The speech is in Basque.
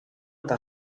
eta